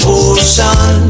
ocean